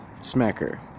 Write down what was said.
smacker